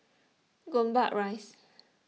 Gombak Rise